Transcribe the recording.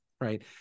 right